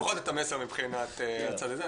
לפחות את המסר מבחינת הצד הזה.